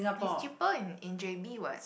it's cheaper in in J_B what